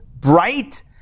bright